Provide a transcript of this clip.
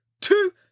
two